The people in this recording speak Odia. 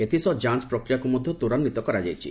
ଏଥିସହ ଯାଞ ପ୍ରକ୍ରିୟାକୁ ମଧ୍ଧ ତ୍ୱରାନ୍ୱିତ କରାଯାଇଛି